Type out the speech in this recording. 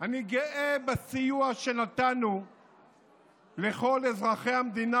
אני גאה בסיוע שנתנו לכל אזרחי המדינה